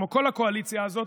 כמו כל הקואליציה הזאת,